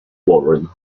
warren